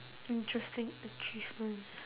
interesting achievements